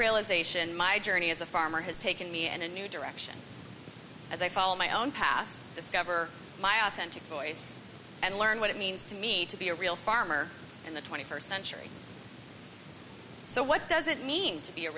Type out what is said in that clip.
realisation my journey as a farmer has taken me and a new direction as i follow my own path discover my authentic voice and learn what it means to me to be a real farmer in the twenty first century so what does it mean to be a